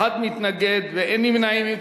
אחד מתנגד ואין נמנעים.